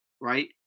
Right